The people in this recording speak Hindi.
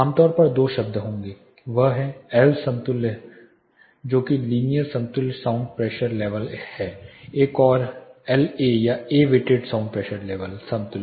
आमतौर पर दो शब्द होंगे वह है L समतुल्य है जो कि लीनियर समतुल्य साउंड प्रेशर लेवल एक और La या A weighted sound pressure level समतुल्य